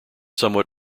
somewhat